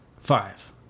Five